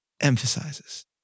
emphasizes